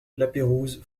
lapeyrouse